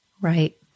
Right